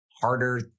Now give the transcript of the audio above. harder